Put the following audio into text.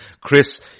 Chris